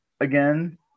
again